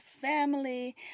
family